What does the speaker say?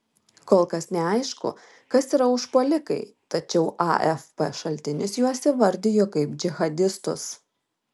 kol kas neaišku kas yra užpuolikai tačiau afp šaltinis juos įvardijo kaip džihadistus